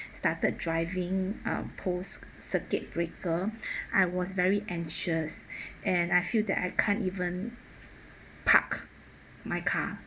started driving uh post circuit breaker I was very anxious and I feel that I can't even park my car